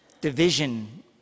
division